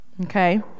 okay